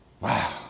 Wow